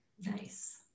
Nice